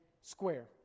Square